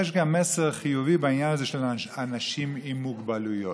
יש גם מסר חיובי בעניין הזה של אנשים עם מוגבלויות.